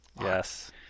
Yes